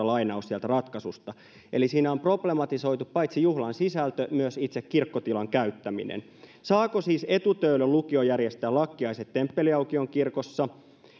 lainaus sieltä ratkaisusta eli siinä on problematisoitu paitsi juhlan sisältö myös itse kirkkotilan käyttäminen saako siis etu töölön lukio järjestää lakkiaiset temppeliaukion kirkossa